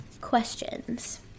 questions